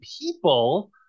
people